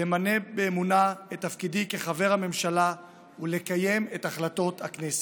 למלא באמונה את תפקידי כחבר הממשלה ולקיים את החלטות הכנסת.